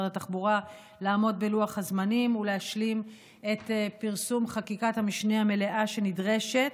התחבורה לעמוד בלוח הזמנים ולהשלים את פרסום חקיקת המשנה המלאה שנדרשת.